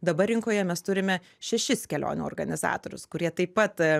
dabar rinkoje mes turime šešis kelionių organizatorius kurie taip pat